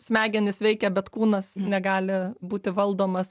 smegenys veikia bet kūnas negali būti valdomas